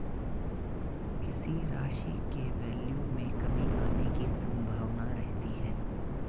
किसी राशि के वैल्यू में कमी आने की संभावना रहती है